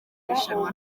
rushanwa